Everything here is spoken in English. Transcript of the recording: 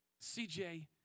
CJ